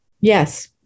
Yes